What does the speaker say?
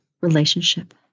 relationship